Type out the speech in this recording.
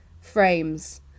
frames